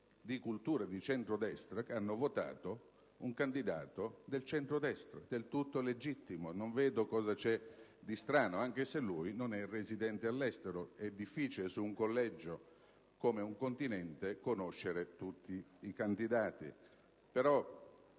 di cultura di centrodestra, che hanno votato un candidato del centrodestra; è del tutto legittimo, non vedo cosa vi sia di strano, anche se lui non è residente all'estero. È difficile su un collegio grande come un continente conoscere tutti i candidati.